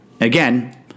Again